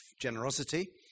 generosity